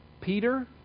Peter